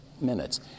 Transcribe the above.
minutes